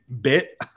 bit